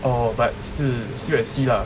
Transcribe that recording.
oh but still still at sea lah